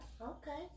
Okay